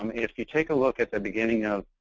um if you take a look at the beginning of